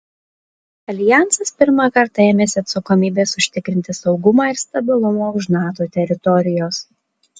aljansas pirmą kartą ėmėsi atsakomybės užtikrinti saugumą ir stabilumą už nato teritorijos